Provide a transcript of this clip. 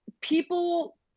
people